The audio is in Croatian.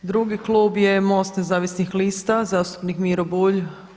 Drugi klub je MOST nezavisnih lista zastupnik Miro Bulj.